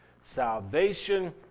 salvation